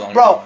Bro